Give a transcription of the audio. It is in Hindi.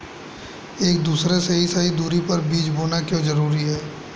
एक दूसरे से सही दूरी पर बीज बोना क्यों जरूरी है?